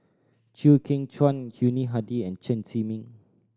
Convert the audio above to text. Chew Kheng Chuan Yuni Hadi and Chen Zhiming